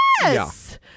yes